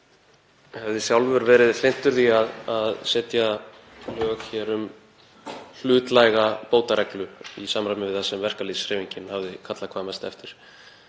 hefði sjálfur verið hlynntur því að setja lög um hlutlæga bótareglu í samræmi við það sem verkalýðshreyfingin hafði kallað hvað mest eftir.